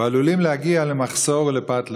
ועלולים להגיע למחסור ולפת לחם.